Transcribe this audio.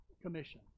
Commission